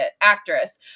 actress